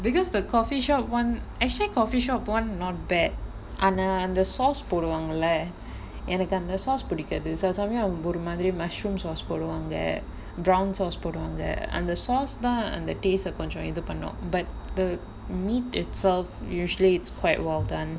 because the coffee shop [one] actually coffee shop [one] not bad ஆனா அந்த:aanaa antha sauce போடுவாங்கள்ள எனக்கு அந்த:poduvangalla enakku antha sauce புடிக்காது சில சமயோ ஒரு மாரி:pudikaathu sila samayo oru maari mushroom sauce போடுவாங்க:poduvaanga prawn sauce போடுவாங்க அந்த:poduvaanga antha sauce தான் அந்த:thaan antha taste ட கொஞ்சோ இது பண்ணு:ta konjo ithu pannu but the meat itself usually it's quite well done